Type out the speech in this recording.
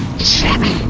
seven